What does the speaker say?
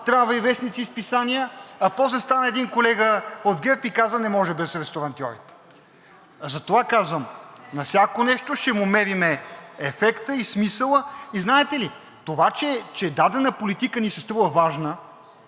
трябва и вестници и списания. А после стана един колега от ГЕРБ и каза: не може без ресторантьорите. Затова казвам: на всяко нещо ще му мерим ефекта и смисъла. Знаете ли, това, че дадена политика ни се струва важна